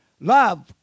love